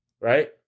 Right